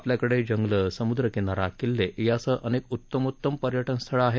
आपल्याकडे जंगलं समुद्र किनारा किल्ले यासह अनेक उत्तमोतम पर्यटन स्थळं आहेत